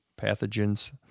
pathogens